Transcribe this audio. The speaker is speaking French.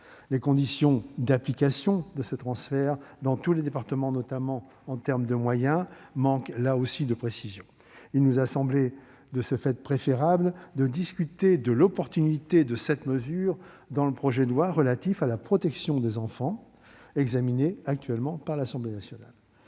Les conditions d'application de ce transfert dans tous les départements, notamment en termes de moyens, manquaient là aussi de précision. Il nous a semblé, de ce fait, préférable de discuter de l'opportunité de cette mesure dans le projet de loi relatif à la protection des enfants, actuellement examiné par l'Assemblée nationale.